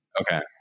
Okay